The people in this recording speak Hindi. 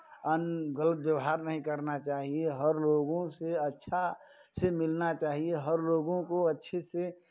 अन गलत व्यवहार नहीं करना चाहिए हर लोगों से अच्छा से मिलना चाहिए हर लोगों को अच्छे से